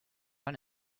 run